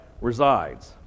resides